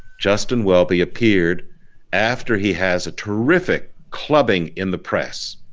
justin welby appeared after he has a terrific clubbing in the press